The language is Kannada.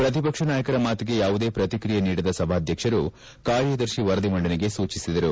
ಪ್ರಕಿಪಕ್ಷ ನಾಯಕರ ಮಾತಿಗೆ ಯಾವುದೇ ಪ್ರಕ್ರಿಯೆ ನೀಡದ ಸಭಾಧ್ಯಕ್ಷರು ಕಾರ್ಯದರ್ಶಿ ವರದಿ ಮಂಡನೆಗೆ ಸೂಚಿಸಿದರು